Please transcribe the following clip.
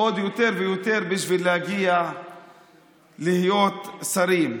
יותר ויותר בשביל להגיע להיות שרים.